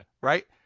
Right